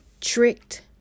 tricked